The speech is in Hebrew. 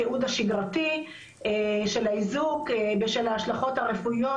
בתיעוד השגרתי של האיזוק בשל ההשלכות הרפואיות,